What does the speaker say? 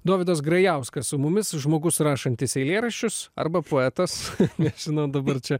dovydas grajauskas su mumis žmogus rašantis eilėraščius arba poetas nežinau dabar čia